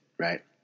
Right